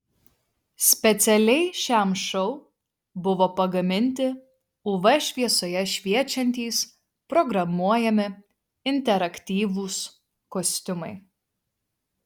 specialiai šiam šou buvo pagaminti uv šviesoje šviečiantys programuojami interaktyvūs kostiumai